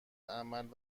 عمل